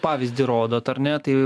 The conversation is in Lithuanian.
pavyzdį rodot ar ne tai